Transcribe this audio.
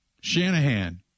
Shanahan –